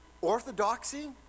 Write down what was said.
orthodoxy